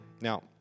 Now